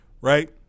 Right